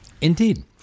Indeed